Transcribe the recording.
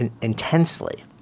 intensely